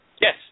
yes